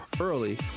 early